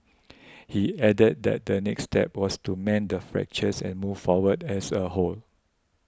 he added that the next step was to mend the fractures and move forward as a whole